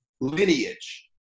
lineage